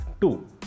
two